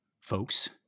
folks